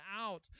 out